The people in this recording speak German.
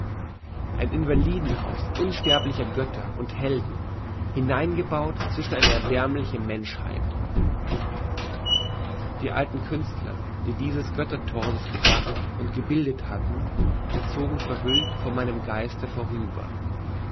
ein invalidenhaus unsterblicher götter und helden hineingebaut zwischen eine erbärmliche menschheit die alten künstler die diese göttertorsos gedacht und gebildet hatten zogen verhüllt vor meinem geist vorüber